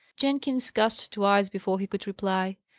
jenkins gasped twice before he could reply.